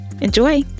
Enjoy